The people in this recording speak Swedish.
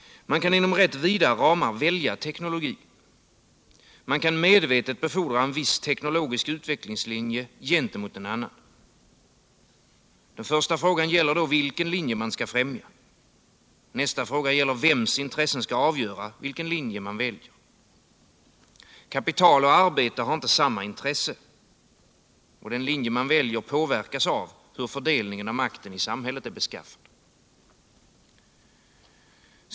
Man kan inom rätt vida ramar välja teknologi. Man kan medvetet befordra en viss teknologisk utvecklingslinje gentemot en annan. Första frågan är vilken linje man skall främja. Nästa fråga är vems intressen som skall avgöra vilken linje man väljer. Kapital och arbete har inte samma intresse. Den linje man väljer påverkas av hur fördelningen av makten i samhället är beskaffad.